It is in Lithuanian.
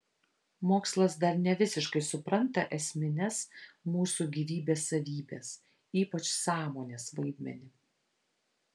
mokslas dar nevisiškai supranta esmines mūsų gyvybės savybes ypač sąmonės vaidmenį